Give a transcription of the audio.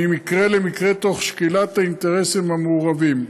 ממקרה למקרה, תוך שקילת האינטרסים המעורבים.